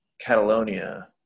Catalonia